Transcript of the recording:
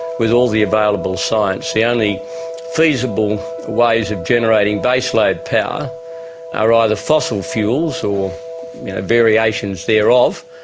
with all the available science, the only feasible ways of generating baseload power are either fossil fuels or variations thereof,